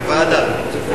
לְוועדה.